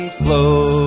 flow